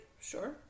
sure